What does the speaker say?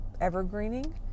evergreening